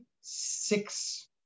six